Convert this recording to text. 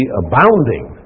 abounding